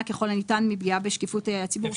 ככל הניתן מפגיעה בשקיפות הציבור.